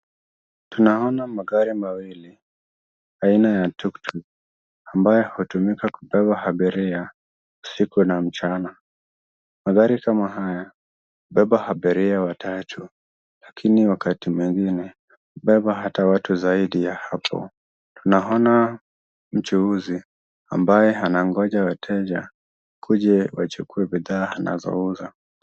Tunaona magari mawili aina ya tuktuk, ambayo hutumika kubeba abiria usiku na mchana, magari kama haya hubeba abiria watatu lakini wakati mwingine hubeba watu zaidi ya hapo. Tunaona mchuuzi ambaye anangoja wateja, wakuje wachukue bidhaa anazouza.